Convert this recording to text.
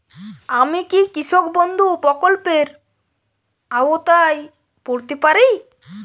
আমি কি কৃষক বন্ধু প্রকল্পের আওতায় পড়তে পারি?